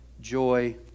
joy